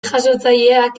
jasotzaileak